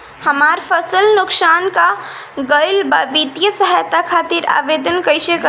हमार फसल नुकसान हो गईल बा वित्तिय सहायता खातिर आवेदन कइसे करी?